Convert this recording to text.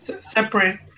separate